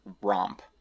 romp